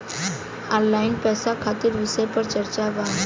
Online पैसा खातिर विषय पर चर्चा वा?